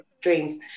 dreams